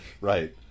Right